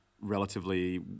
relatively